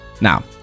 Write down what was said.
now